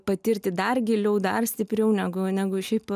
patirti dar giliau dar stipriau negu negu šiaip